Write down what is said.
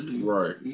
Right